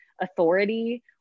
authority